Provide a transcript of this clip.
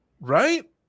Right